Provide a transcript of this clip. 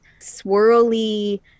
swirly